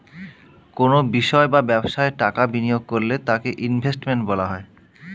কোনো বিষয় বা ব্যবসায় টাকা বিনিয়োগ করলে তাকে ইনভেস্টমেন্ট বলা হয়